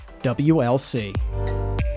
WLC